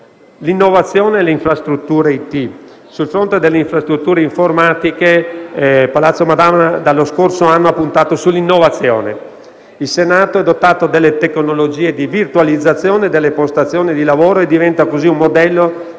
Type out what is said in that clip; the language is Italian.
- del personale intervenuta. Sul fronte delle infrastrutture informatiche, Palazzo Madama dallo scorso anno ha puntato sull'innovazione. Il Senato è dotato delle tecnologie di virtualizzazione delle postazioni di lavoro e diventa così un modello per